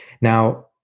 Now